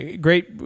great